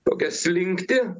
tokią slinktį